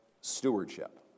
stewardship